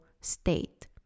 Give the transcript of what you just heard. state